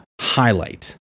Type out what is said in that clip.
highlight